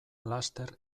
laster